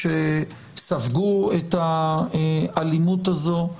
שספגו את האלימות הזו,